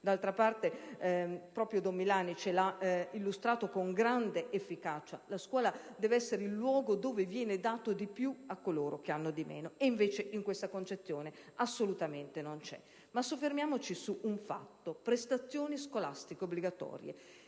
D'altra parte, proprio don Milani ce lo ha illustrato con grande efficacia. La scuola deve essere il luogo dove viene dato di più a coloro che hanno di meno. Invece, in questa concezione, ciò non c'è nel modo più assoluto. Soffermiamoci su un fatto: prestazioni scolastiche obbligatorie.